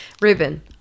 Reuben